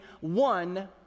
one